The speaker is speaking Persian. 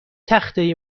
تخته